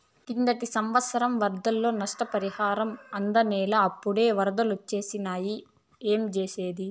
కిందటి సంవత్సరం వరదల్లో నష్టపరిహారం అందనేలా, అప్పుడే ఒరదలొచ్చేసినాయి ఏంజేసేది